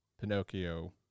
Pinocchio